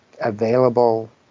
available